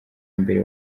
mbere